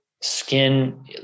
skin